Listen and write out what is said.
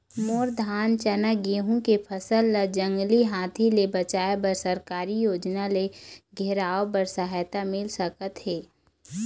मोर धान चना गेहूं के फसल ला जंगली हाथी ले बचाए बर सरकारी योजना ले घेराओ बर सहायता मिल सका थे?